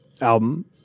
album